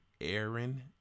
aaron